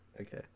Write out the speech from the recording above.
okay